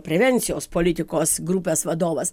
prevencijos politikos grupės vadovas